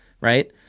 right